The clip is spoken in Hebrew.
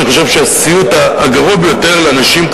אני חושב שהסיוט הגרוע ביותר לאנשים,